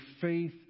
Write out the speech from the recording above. faith